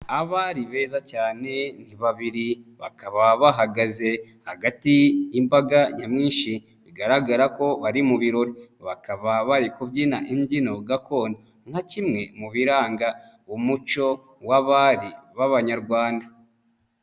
Abari beza cyane ni babiri, bakaba bahagaze hagati y'imbaga nyamwinshi, bigaragara ko bari mu birori, bakaba bari kubyina imbyino gakondo nka kimwe mu biranga umuco w'abari b'Abanyarwanda.